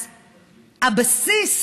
אז הבסיס